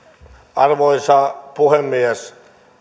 arvoisa puhemies